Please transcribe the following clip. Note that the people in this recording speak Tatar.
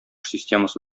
системасы